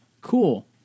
Cool